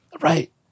Right